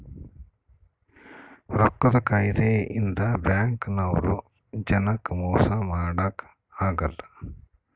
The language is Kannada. ರೊಕ್ಕದ್ ಕಾಯಿದೆ ಇಂದ ಬ್ಯಾಂಕ್ ನವ್ರು ಜನಕ್ ಮೊಸ ಮಾಡಕ ಅಗಲ್ಲ